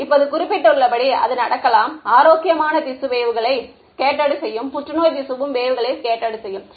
இப்போது குறிப்பிட்டுள்ளபடி அது நடக்கலாம் ஆரோக்கியமான திசு வேவ்களை ஸ்கெட்ட்டர்டு செய்யும் புற்றுநோய் திசுவும் வேவ்களை ஸ்கெட்ட்டர்டு செய்யும்